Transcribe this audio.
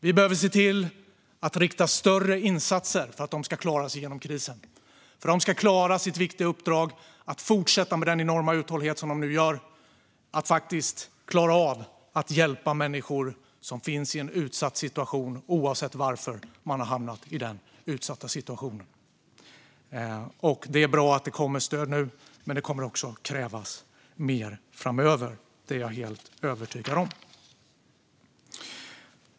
Vi behöver se till att rikta större insatser till dem för att de ska klara sig genom krisen och för att de ska klara sitt viktiga uppdrag att fortsätta, med den enorma uthållighet som de nu visar, att hjälpa människor som finns i en utsatt situation oavsett varför man har hamnat i den. Det är bra att det nu kommer stöd, men det kommer också att krävas mer framöver. Det är jag helt övertygad om.